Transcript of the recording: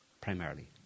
primarily